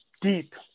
deep